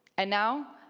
and now,